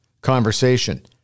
conversation